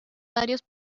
varios